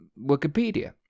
Wikipedia